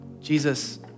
Jesus